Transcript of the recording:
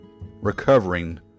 recovering